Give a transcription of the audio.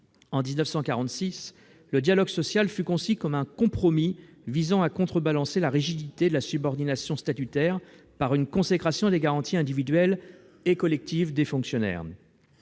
En 1946, le dialogue social fut conçu comme un compromis visant à contrebalancer la rigidité de la subordination statutaire par une consécration des garanties individuelles et collectives des fonctionnaires.